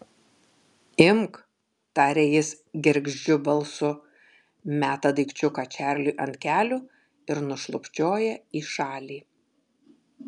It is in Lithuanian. imk taria jis gergždžiu balsu meta daikčiuką čarliui ant kelių ir nušlubčioja į šalį